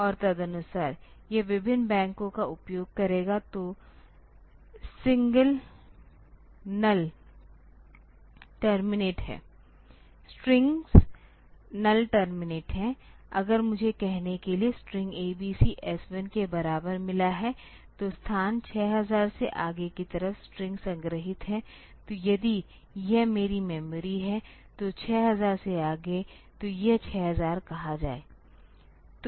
और तदनुसार यह विभिन्न बैंकों का उपयोग करेगा तो स्ट्रिंग्स नल्ल् टर्मिनेटेड है अगर मुझे कहने के लिए स्ट्रिंग abc S 1 के बराबर मिला है तो स्थान 6000 से आगे की तरफ स्ट्रिंग संग्रहीत है तो यदि यह मेरी मेमोरी है तो 6000 से आगे तो यह 6000 कहा जाये